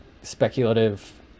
speculative